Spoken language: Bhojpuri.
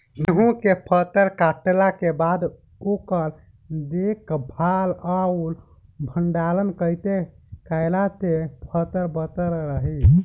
गेंहू के फसल कटला के बाद ओकर देखभाल आउर भंडारण कइसे कैला से फसल बाचल रही?